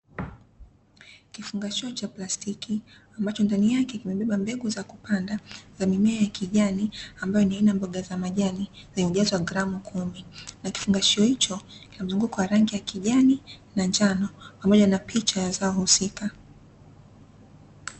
Kifungashio cha plastiki, ambacho ndani yake kimebeba mbegu za kupanda za mimea ya kijani, ambayo ni aina ya mboga za majani zenye ujazo wa gramu kumi. Na kifungashio hicho kina mzunguko wa rangi ya kijani na njano, pamoja na picha ya zao husika.